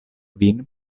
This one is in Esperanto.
vin